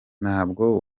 ntabwo